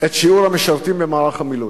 את שיעור המשרתים במערך המילואים.